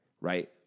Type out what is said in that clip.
right